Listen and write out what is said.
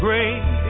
Great